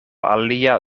alia